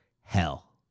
hell